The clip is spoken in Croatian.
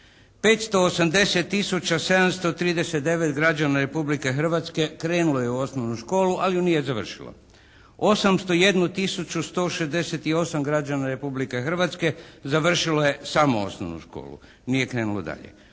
739 građana Republike Hrvatske krenulo je u osnovnu školu ali ju nije završilo. 801 tisuću 168 građana Republike Hrvatske završilo je samo osnovu školu, nije krenulo dalje.